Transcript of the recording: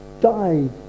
died